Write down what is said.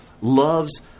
loves